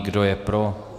Kdo je pro?